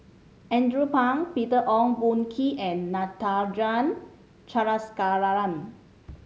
Andrew Phang Peter Ong Boon Kwee and Natarajan Chandrasekaran